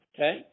Okay